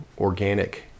Organic